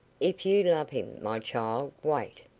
if you love him, my child, wait.